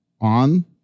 on